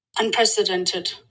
unprecedented